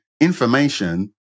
information